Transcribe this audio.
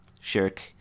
Shirk